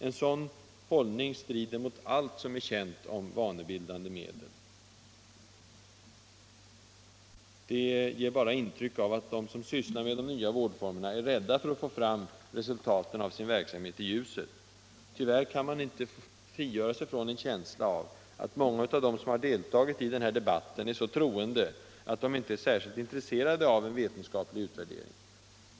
En sådan hållning strider mot allt som är känt om vanebildande medel. Den ger bara intryck av, att de som sysslar med de nya vårdformerna är rädda för att få fram resultaten av sin verksamhet i ljuset. Tyvärr kan man inte frigöra sig från en känsla av att många av dem som deltagit i debatten är så troende att de inte är särskilt intresserade av en vetenskaplig utvärdering.